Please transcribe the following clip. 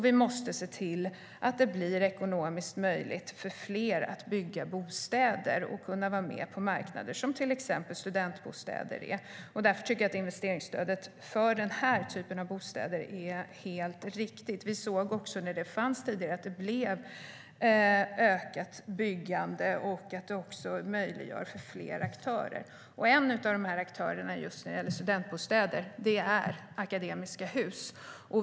Vi måste se till att det blir ekonomiskt möjligt för fler att bygga bostäder och vara med på marknader för till exempel studentbostäder. Därför tycker jag att investeringsstödet för den här typen av bostäder är helt riktigt. När det fanns tidigare såg vi att det blev ökat byggande och att det möjliggjorde för fler aktörer. En av aktörerna när det gäller studentbostäder är just nu Akademiska Hus.